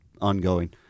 ongoing